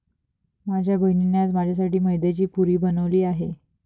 माझ्या बहिणीने आज माझ्यासाठी मैद्याची पुरी बनवली आहे